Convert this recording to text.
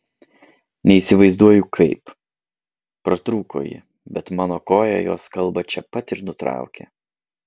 neįsivaizduoju kaip pratrūko ji bet mano koja jos kalbą čia pat ir nutraukė